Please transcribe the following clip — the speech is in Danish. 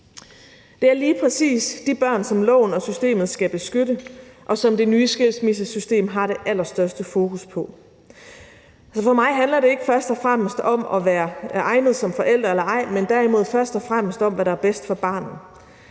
Det er lige præcis de børn, som loven og systemet skal beskytte, og som det nye skilsmissesystem har det allerstørste fokus på. For mig handler det ikke først og fremmest om at være egnede som forældre eller ej, men derimod først og fremmest om, hvad der er bedst for barnet,